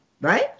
right